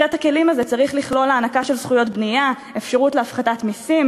סט הכלים הזה צריך לכלול הענקה של זכויות בנייה ואפשרות להפחתת מסים,